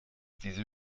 diese